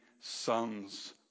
sons